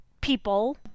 people